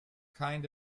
kind